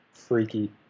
freaky